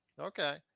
Okay